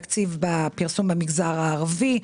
תקציב פרסום במגזר הערבי,